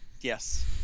yes